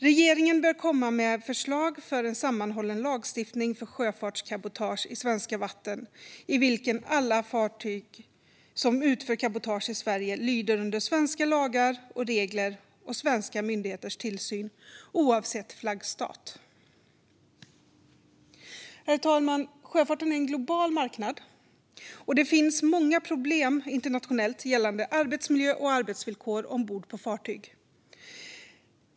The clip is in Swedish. Regeringen bör komma med förslag för en sammanhållen lagstiftning för sjöfartscabotage i svenska vatten i vilken alla fartyg som utför cabotage i Sverige lyder under svenska lagar och regler och svenska myndigheters tillsyn, oavsett flaggstat. Herr talman! Sjöfarten är en global marknad. Det finns många problem internationellt gällande arbetsmiljö och arbetsvillkor ombord på fartyg.